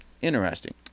Interesting